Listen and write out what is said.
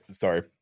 Sorry